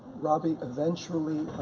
robbie eventually